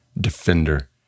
defender